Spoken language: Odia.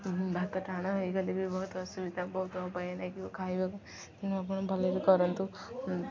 ଭାତ ଟାଣ ହୋଇଗଲେ ବି ବହୁତ ଅସୁବିଧା ବହୁତ ହେବ ନାଇକି ଖାଇବାକୁ ତେଣୁ ଆପଣ ଭଲରେ କରନ୍ତୁ